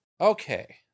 Okay